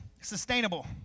sustainable